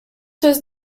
was